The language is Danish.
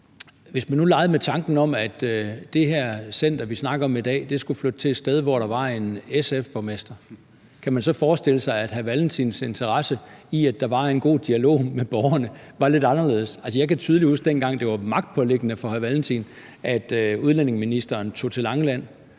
Hvis vi nu legede med tanken om, at det her center, vi snakker om i dag, skulle flytte til et sted, hvor der var en SF-borgmester, kan man så forestille sig, at hr. Carl Valentins interesse i, at der var en god dialog med borgerne, var lidt anderledes? Altså, jeg kan tydeligt huske, dengang det var magtpåliggende for hr. Carl Valentin, at udlændinge- og integrationsministeren tog til Langeland,